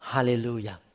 Hallelujah